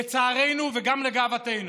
לצערנו וגם לגאוותנו.